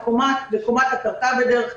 בקומת הקרקע בדרך כלל,